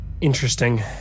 interesting